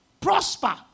Prosper